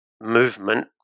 movement